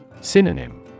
Synonym